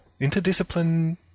interdisciplinary